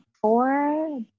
four